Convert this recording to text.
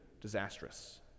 disastrous